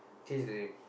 change the name